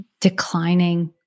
declining